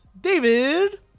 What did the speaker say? David